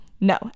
No